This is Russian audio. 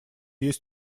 есть